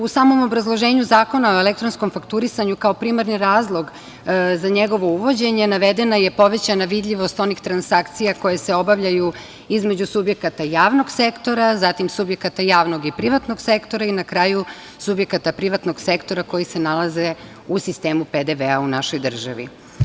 U samom obrazloženju Zakona o elektronskom fakturisanju kao primarni razlog za njegovo uvođenje navedena je povećana vidljivost onih transakcija koje se obavljaju između subjekata i javnog sektora, zatim subjekata javnog i privatnog sektora i, na kraju, subjekata privatnog sektora koji se nalaze u sistemu PDV-a u našoj državi.